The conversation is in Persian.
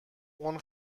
اون